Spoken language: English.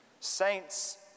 Saints